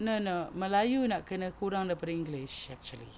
no no melayu nak kena kurang daripada English actually